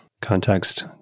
context